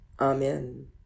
Amen